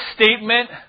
statement